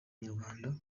inyarwanda